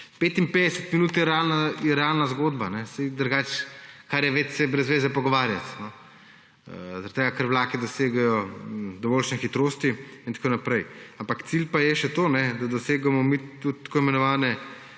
55 minut je realna zgodba. Kar je več, se je brez zveze pogovarjati, zaradi tega ker vlaki dosegajo dovoljšne hitrosti in tako naprej. Cilj pa je še to, da mi dosegamo tudi tako imenovane